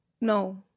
No